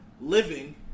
living